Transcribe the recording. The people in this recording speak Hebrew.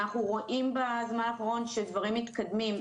אנחנו רואים בזמן האחרון שדברים מתקדמים,